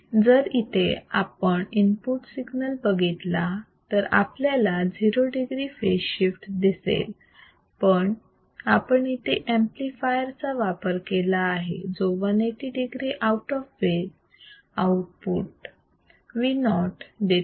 जर इथे आपण इनपुट सिग्नल बघितला तर आपल्याला 0 degree फेज शिफ्ट दिसेल पण आपण इथे इन्वर्तींग अंपलिफायर चा वापर केला आहे जो 180 degree out of phase output Vo देतो